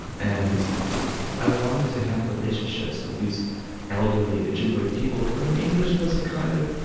and i wanted to have relationships with these elderly ojibwe people for whom english was a kind of